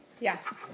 Yes